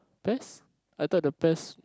Pes I thought the Pes